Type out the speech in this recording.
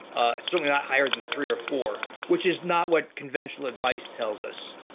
assuming not higher than three or four, which is not what conventional advice tells us.